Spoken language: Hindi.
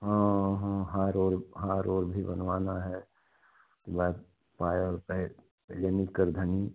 हाँ हाँ हार ओर हार ओर भी बनवाना है उसके बाद पायल पर यानि करधनी